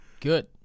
Good